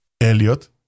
Elliot